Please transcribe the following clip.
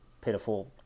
pitiful